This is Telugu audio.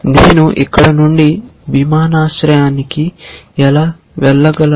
నేను ఇక్కడ నుండి విమానాశ్రయానికి ఎలా వెళ్ళగలను